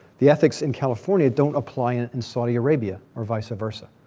the ethics in california don't apply it in saudi arabia, or vice versa.